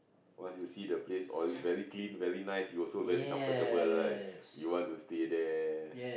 once you see the place all very clean very nice you also very comfortable right you want to stay there